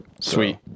Sweet